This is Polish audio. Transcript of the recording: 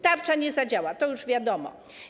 Tarcza nie zadziała - to już wiadomo.